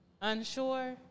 unsure